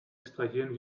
extrahieren